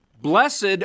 Blessed